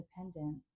independent